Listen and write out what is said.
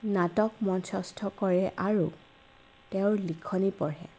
নাটক মঞ্চষ্ঠ কৰে আৰু তেওঁৰ লিখনি পঢ়ে